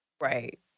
Right